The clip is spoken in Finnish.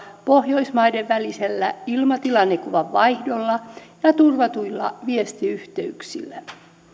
pohjoismaiden välisellä ilmatilannekuvan vaihdolla ja ja turvatuilla viestiyhteyksillä